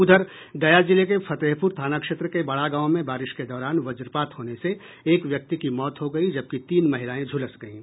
उधर गया जिले के फतेहपुर थाना क्षेत्र के बड़ा गांव में बारिश के दौरान वज्रपात होने से एक व्यक्ति की मौत हो गयी जबकि तीन महिलायें झुलस गयी